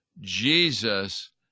Jesus